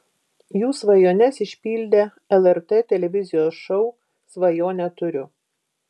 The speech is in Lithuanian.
jų svajones išpildė lrt televizijos šou svajonę turiu